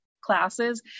classes